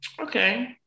okay